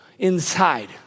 inside